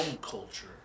culture